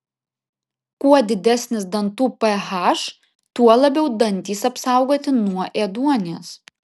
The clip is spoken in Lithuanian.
kuo didesnis dantų ph tuo labiau dantys apsaugoti nuo ėduonies